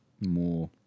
more